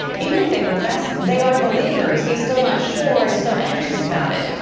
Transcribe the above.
even if they profess they are believers, he is still not sure and is so anxious about it.